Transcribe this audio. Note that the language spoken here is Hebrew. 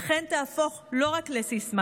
אכן תהפוך לא רק לסיסמה,